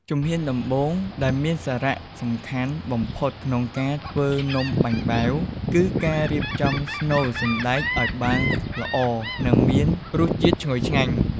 ជំហានដំបូងដែលមានសារៈសំខាន់បំផុតក្នុងការធ្វើនំបាញ់បែវ គឺការរៀបចំស្នូលសណ្តែកឱ្យបានល្អ និងមានរសជាតិឈ្ងុយឆ្ងាញ់។